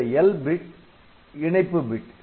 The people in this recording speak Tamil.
இந்த 'L' பிட் இணைப்பு பிட்